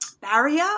barrier